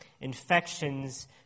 infections